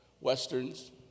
Westerns